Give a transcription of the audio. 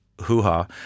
hoo-ha